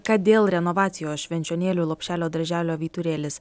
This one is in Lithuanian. kad dėl renovacijos švenčionėlių lopšelio darželio vyturėlis